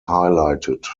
highlighted